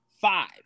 Five